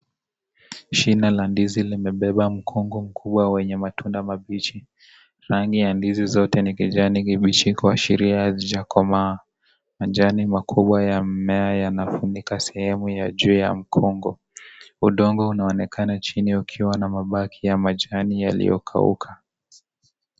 Shina la ndizi limebeba mkunga mkubwa wenye matunda mabichi. Rangi ya ndizi zote ni kijni kibichi kuashiria hazijakomaa. Majani makubwa ya mimea yamefunika sehemu ya juu ya mkungu. Udongo unaonekana chini ukiwa na mabaki ya majani yaliyo kauka.